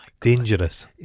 Dangerous